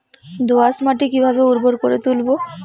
দোয়াস মাটি কিভাবে উর্বর করে তুলবো?